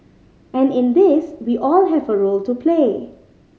and in this we all have a role to play